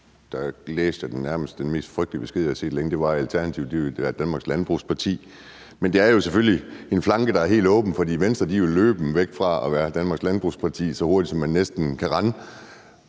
læste jeg den nærmest mest frygtelige besked, jeg havde set længe. Det var, at Alternativet ville være Danmarks landbrugsparti. Men det er selvfølgelig en flanke, der er helt åben, for Venstre er jo løbet væk fra at være Danmarks landbrugsparti, så hurtigt som man næsten kan rende.